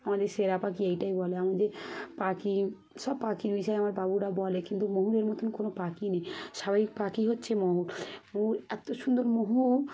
আমাদের সেরা পাখি এইটাই বলে আমাদের পাখি সব পাখি মিশিয়ে আমার বাবুরা বলে কিন্তু ময়ূরের মতন কোনো পাখি নেই স্বাভাবিক পাখি হচ্ছে ময়ূর ময়ূর এত সুন্দর ময়ূর